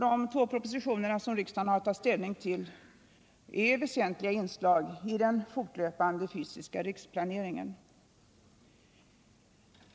De två propositioner, som riksdagen i dag har att ta ställning till, är väsentliga inslag i den fortlöpande fysiska riksplaneringen.